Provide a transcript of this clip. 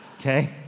okay